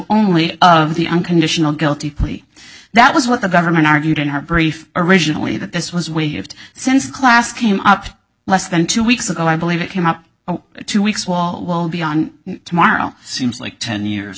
only of the unconditional guilty plea that was what the government argued in her brief originally that this was waived since class came up less than two weeks ago i believe it came up two weeks wall will be on tomorrow seems like ten years